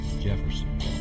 Jefferson